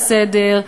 לא הצעה לסדר,